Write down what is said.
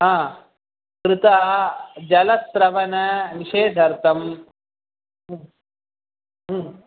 हा वृता जलस्रवणनिषेधार्थं